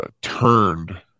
turned